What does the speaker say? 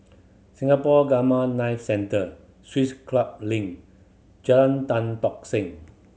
Singapore Gamma Knife Centre Swiss Club Link Jalan Tan Tock Seng